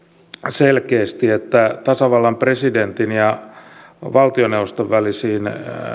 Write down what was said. selkeästi että tasavallan presidentin ja valtioneuvoston välisiin